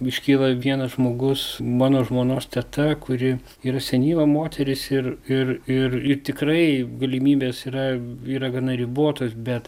iškyla vienas žmogus mano žmonos teta kuri yra senyva moteris ir ir ir ir tikrai galimybės yra yra gana ribotos bet